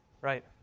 right